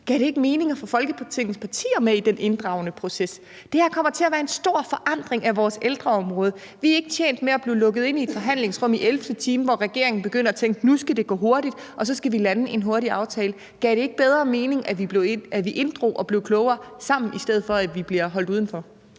Gav det ikke mening at få Folketingets partier med i den inddragende proces? Det her kommer til at være en stor forandring af vores ældreområde. Vi er ikke tjent med at blive lukket ind i et forhandlingsrum i ellevte time, hvor regeringen begynder at tænke, at nu skal det gå hurtigt, og så skal vi lande en hurtig aftale. Gav det ikke bedre mening, at vi blev inddraget og blev klogere sammen, i stedet for at vi blev holdt udenfor?